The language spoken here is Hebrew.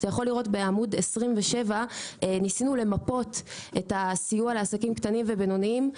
בעמוד 27 בדוח ניסינו למפות את הסיוע לעסקים קטנים ובינוניים,